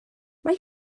mae